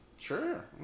Sure